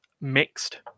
mixed